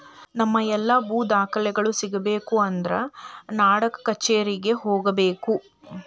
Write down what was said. ನಮ್ಮ ಎಲ್ಲಾ ಭೂ ದಾಖಲೆಗಳು ಸಿಗಬೇಕು ಅಂದ್ರ ನಾಡಕಛೇರಿಗೆ ಹೋಗಬೇಕು